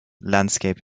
landscape